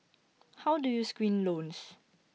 how do you screen loans